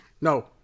No